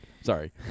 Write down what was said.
Sorry